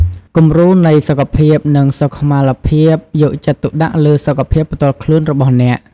គំរូនៃសុខភាព និងសុខុមាលភាពយកចិត្តទុកដាក់លើសុខភាពផ្ទាល់ខ្លួនរបស់អ្នក។